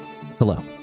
hello